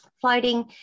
floating